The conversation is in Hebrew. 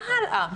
מה הלאה.